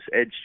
Edge